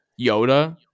Yoda